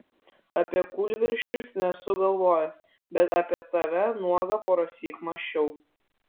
apie kūlvirsčius nesu galvojęs bet apie tave nuogą porąsyk mąsčiau